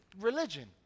religion